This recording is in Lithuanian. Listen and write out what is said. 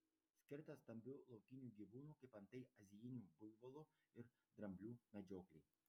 skirtas stambių laukinių gyvūnų kaip antai azijinių buivolų ir dramblių medžioklei